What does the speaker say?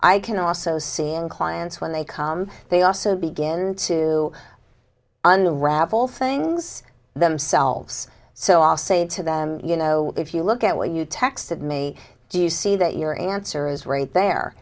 i can also see and clients when they come they also begin to unravel things themselves so i'll say to them you know if you look at what you texted me do you see that your answer is right there